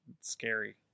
scary